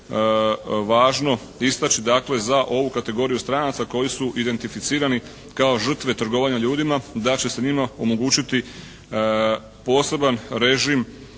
važno istaći dakle za ovu kategoriju stranaca koji su identificirani kao žrtve trgovanja ljudima da će se njima omogućiti poseban režim